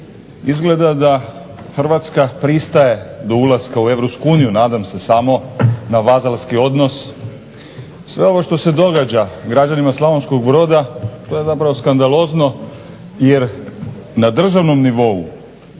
izgleda da Hrvatska pristaje do ulaska u Europsku uniju nadam se samo na vazalski odnos. Sve ovo što se događa građanima Slavonskog Broda to je zapravo skandalozno jer na državnom nivou